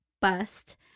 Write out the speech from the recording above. bust